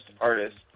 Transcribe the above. artist